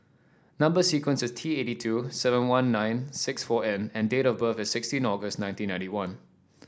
number sequence is T eighty two seven one nine six four N and date of birth is sixteen August nineteen ninety one